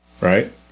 Right